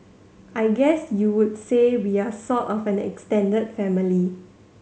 I guess you would say we are sort of an extended family